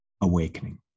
Awakening